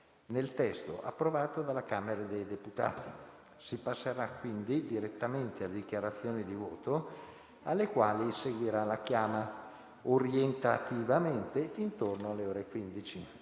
nel testo approvato dalla Camera dei deputati. Si passerà direttamente alle dichiarazioni di voto, alle quali seguirà la chiama, orientativamente intorno alle ore 15.